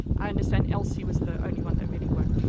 i understand elsie was the only one that really worked.